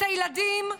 את הילדים,